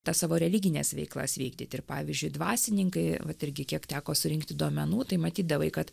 tas savo religines veiklas vykdyt ir pavyzdžiui dvasininkai vat irgi kiek teko surinkti duomenų tai matydavai kad